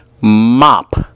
mop